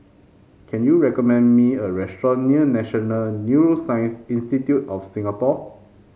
can you recommend me a restaurant near National Neuroscience Institute of Singapore